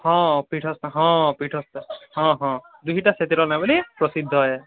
ହଁ ପୀଠ ସ୍ତ ହଁ ପୀଠ ସ୍ତ ହଁ ହଁ ପ୍ରସିଦ୍ଧ ହେଁ